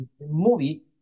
movie